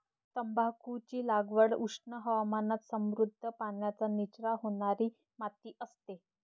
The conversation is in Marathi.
तंबाखूची लागवड उष्ण हवामानात समृद्ध, पाण्याचा निचरा होणारी माती असते